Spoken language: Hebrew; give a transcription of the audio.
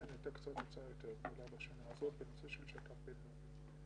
לכן הייתה הוצאה קצת יותר גדולה בשנה הזאת בנושא של שת"פ בין-לאומי.